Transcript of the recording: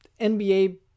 NBA